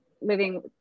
living